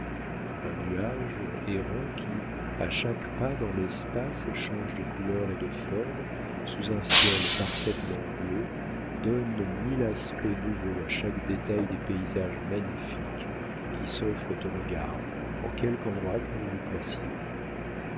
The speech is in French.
un nuage errant qui à chaque pas dans l'espace change de couleur et de forme sous un ciel parfaitement bleu donne mille aspects nouveaux à chaque détail des paysages magnifiques qui s'offrent aux regards en quelque endroit que vous vous placiez